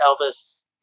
Elvis